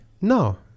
no